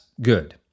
Good